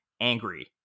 angry